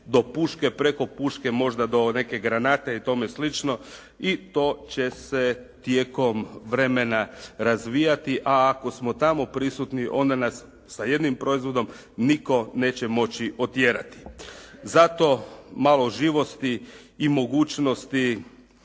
preko puške možda do neke granate i tome sl. i to će se tijekom vremena razvijati, a ako smo tamo prisutni onda nas sa jednim proizvodom nitko neće moći otjerati. Zato malo živosti i mogućnosti